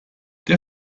der